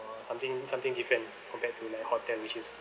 something something different compared to like hotel which is